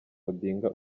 odinga